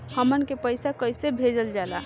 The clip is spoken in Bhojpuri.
हमन के पईसा कइसे भेजल जाला?